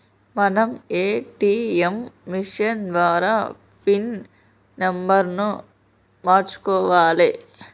మనం ATM machine ద్వారా pin నెంబర్ను మార్చుకోవాలే